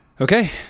Okay